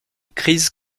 crise